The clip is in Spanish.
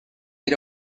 era